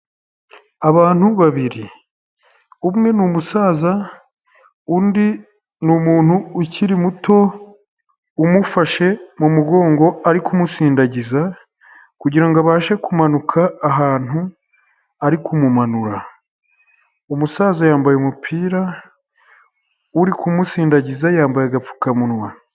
Abantu babiri umwe ni umusaza undi ni umuntu ukiri muto umufashe mu mugongo ari ku musindagiza kugirango abashe kumanuka ahantu ari kumumanura umusaza yambaye umupira uri kumusindagiza yambaye agapfukamunwa.